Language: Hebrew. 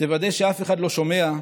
תוודא שאף אחד לא שומע.